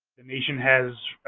the nation has